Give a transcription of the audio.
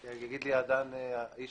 יגיד לי איש